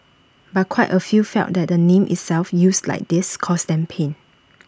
but quite A few felt that the name itself used like this caused them pain